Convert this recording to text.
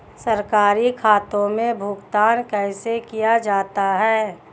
सरकारी खातों में भुगतान कैसे किया जाता है?